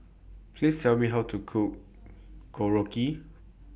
Please Tell Me How to Cook Korokke